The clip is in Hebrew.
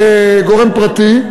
מגורם פרטי.